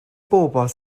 bobl